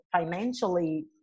financially